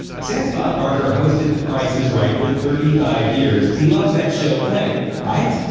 since bob barker hosted the price is right for thirty five years, he loves that show plenty. right?